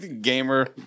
Gamer